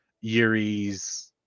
Yuri's